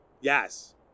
Yes